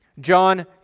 John